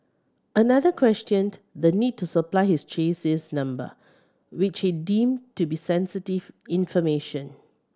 another questioned the need to supply his chassis number which he deemed to be sensitive information